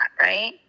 right